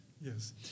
Yes